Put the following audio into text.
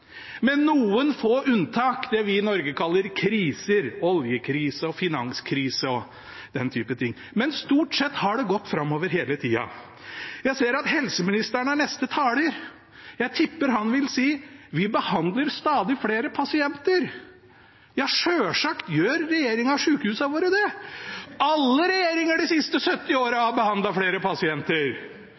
med noen få unntak – det vi i Norge kaller kriser: oljekrise og finanskrise og den type ting. Men stort sett har det gått framover hele tida. Jeg ser at helseministeren er neste taler. Jeg tipper han vil si: Vi behandler stadig flere pasienter. Ja, selvsagt gjør regjeringen og sykehusene våre det. Alle regjeringer de siste 70 årene har behandlet flere pasienter.